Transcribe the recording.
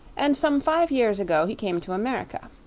and some five years ago he came to america.